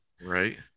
Right